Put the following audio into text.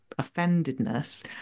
offendedness